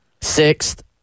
Sixth